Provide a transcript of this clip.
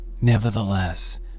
Nevertheless